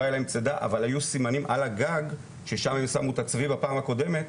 אבל היו סימנים על הגג ששם הם שמו את הצבי בפעם הקודמת,